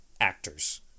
actors